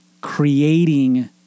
creating